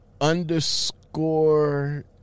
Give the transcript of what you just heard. Underscore